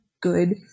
good